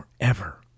forever